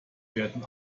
werden